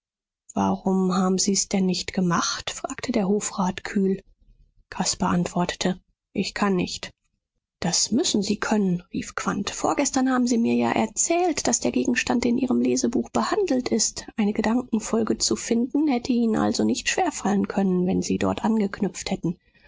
warum haben sie's denn nicht gemacht fragte der hofrat kühl caspar antwortete ich kann nicht das müssen sie können rief quandt vorgestern haben sie mir ja erzählt daß der gegenstand in ihrem lesebuch behandelt ist eine gedankenfolge zu finden hätte ihnen also nicht schwerfallen können wenn sie dort angeknüpft hätten